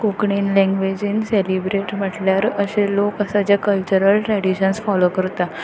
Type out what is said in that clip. कोंकणीन लँग्वेजीन सॅलेब्रेटी म्हटल्यार अशे लोक आसा जे कल्चरल ट्रॅडिशन्स फॉलो करता